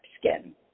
skin